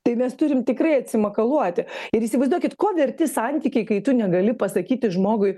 tai mes turim tikrai atsimakaluoti ir įsivaizduokit ko verti santykiai kai tu negali pasakyti žmogui